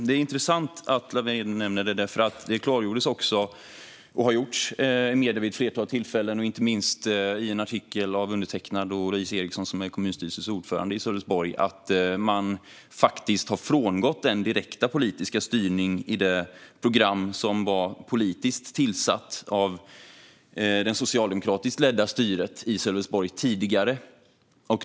Det är intressant att Lawen Redar nämner Sölvesborg, för det har klargjorts vid ett flertal tillfällen - inte minst i en artikel av undertecknad och av Louise Erixon, som är kommunstyrelsens ordförande i Sölvesborg - att man faktiskt har frångått den direkta politiska styrningen i det program som var politiskt tillsatt av det tidigare socialdemokratiskt ledda styret i Sölvesborg.